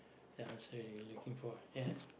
ya so you looking for ya